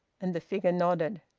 and the figure nodded.